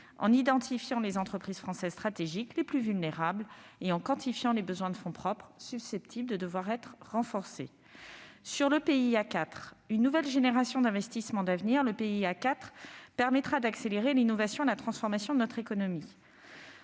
en identifiant les entreprises françaises stratégiques les plus vulnérables et en quantifiant les besoins potentiels en renforts de fonds propres. Nouvelle génération d'investissements d'avenir, le PIA 4 permettra d'accélérer l'innovation et la transformation de notre économie.